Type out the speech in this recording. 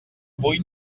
avui